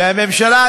והממשלה,